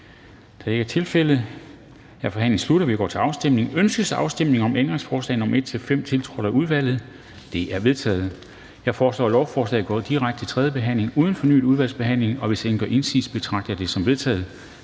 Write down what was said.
Kl. 13:01 Afstemning Formanden (Henrik Dam Kristensen): Ønskes afstemning om ændringsforslag nr. 1-5, tiltrådt af udvalget? De er vedtaget. Jeg foreslår, at lovforslaget går direkte til tredje behandling uden fornyet udvalgsbehandling. Hvis ingen gør indsigelse, betragter jeg det som vedtaget.